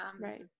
right